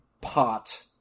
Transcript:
pot